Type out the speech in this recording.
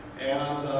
and